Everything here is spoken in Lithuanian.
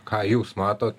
ką jūs matot